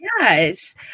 Yes